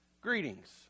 Greetings